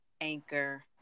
Anchor